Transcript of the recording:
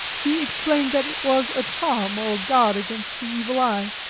he explained that it was a charm or guard against the evil eye.